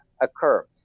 occur